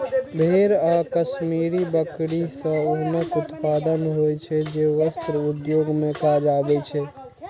भेड़ आ कश्मीरी बकरी सं ऊनक उत्पादन होइ छै, जे वस्त्र उद्योग मे काज आबै छै